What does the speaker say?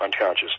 unconscious